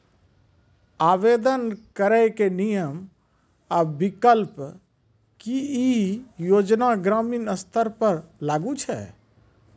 आवेदन करैक नियम आ विकल्प? की ई योजना ग्रामीण स्तर पर लागू छै?